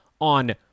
on